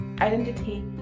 identity